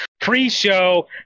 pre-show